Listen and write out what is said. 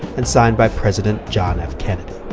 and signed by president john f. kennedy.